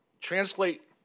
Translate